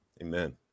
Amen